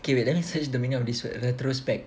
okay wait let me search the meaning of this word retrospect